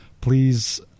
please